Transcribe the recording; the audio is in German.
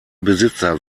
besitzer